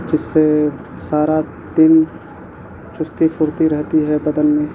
جس سے سارا دن چستی پھرتی رہتی ہے بدن میں